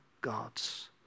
gods